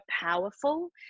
powerful